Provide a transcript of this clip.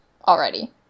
already